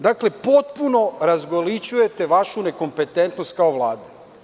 Dakle, potpuno razgolićujete vašu nekompetentnost kao Vlada.